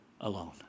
alone